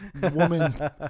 woman